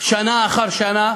שנה אחר שנה,